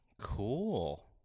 Cool